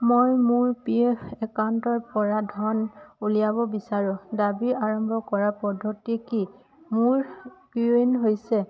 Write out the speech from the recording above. মই মোৰ P F একাউণ্টৰ পৰা ধন উলিয়াব বিচাৰো দাবী আৰম্ভ কৰাৰ পদ্ধতি কি মোৰ ইউ এন হৈছে